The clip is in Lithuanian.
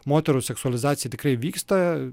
moterų seksualizacija tikrai vyksta